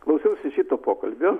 klausiausi šito pokalbio